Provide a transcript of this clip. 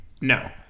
no